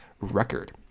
record